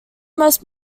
most